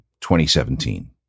2017